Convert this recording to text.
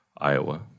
Iowa